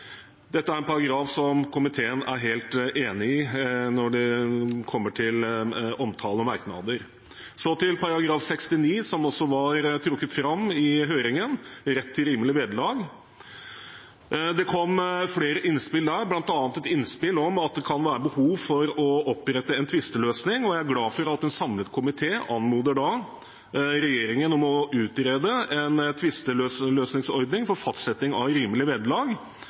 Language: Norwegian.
Dette er en paragraf som komiteen er helt enig i når det kommer til omtale og merknader. Så har vi § 69, som også var trukket fram i høringen, rett til rimelig vederlag. Det kom flere innspill til dette, bl.a. et innspill om at det kan være behov for å opprette en tvisteløsning. Jeg er glad for at en samlet komité anmoder regjeringen om å utrede en tvisteløsningsordning for fastsetting av rimelig